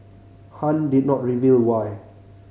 Han did not reveal why